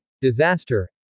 Disaster